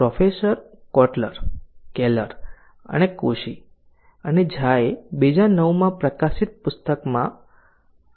professor Kotler Keller Koshy અને ઝાએ 2009 માં પ્રકાશિત પુસ્તકમાં છે